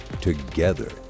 together